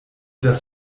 das